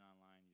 online